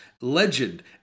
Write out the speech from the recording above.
Legend